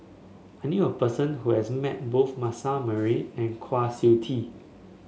I knew a person who has met both Manasseh Meyer and Kwa Siew Tee